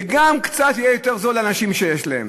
וגם יהיה קצת יותר זול לאנשים שיש להם.